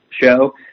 show